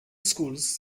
schools